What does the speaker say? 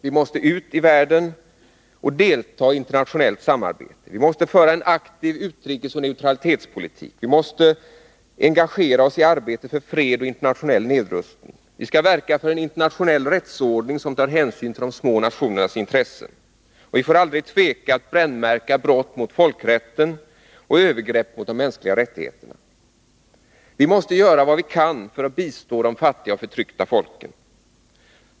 Vi måste ut i världen och delta i internationellt samarbete. Vi måste föra en aktiv utrikesoch neutralitetspolitik. Vi måste engagera oss i arbetet för fred och internationell nedrustning. Vi skall verka för en internationell rättsordning, som tar hänsyn till de små nationernas intressen. Vi får aldrig tveka att brännmärka brott mot folkrätten och övergrepp mot de mänskliga rättigheterna. Vi måste göra vad vi kan för att bistå de fattiga och förtryckta folken.